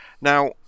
Now